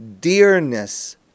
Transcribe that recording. dearness